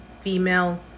Female